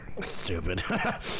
Stupid